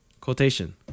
quotation